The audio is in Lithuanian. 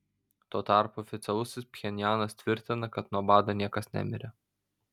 tuo tarpu oficialusis pchenjanas tvirtina kad nuo bado niekas nemirė